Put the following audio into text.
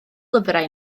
lyfrau